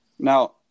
Now